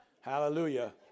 hallelujah